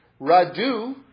Radu